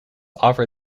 offer